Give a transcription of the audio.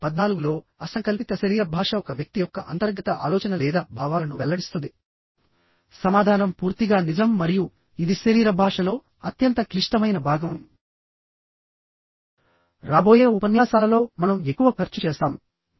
ఇప్పుడు 14 లో అసంకల్పిత శరీర భాష ఒక వ్యక్తి యొక్క అంతర్గత ఆలోచన లేదా భావాలను వెల్లడిస్తుంది సమాధానం పూర్తిగా నిజం మరియు ఇది శరీర భాషలో అత్యంత క్లిష్టమైన భాగం రాబోయే ఉపన్యాసాలలో మనం ఎక్కువ ఖర్చు చేస్తాము